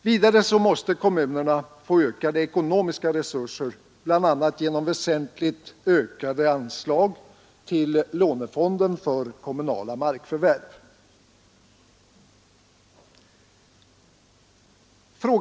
Vidare måste kommunerna få ökade ekonomiska resurser, bl.a. genom väsentligt ökade anslag till lånefonden för kommunala markförvärv.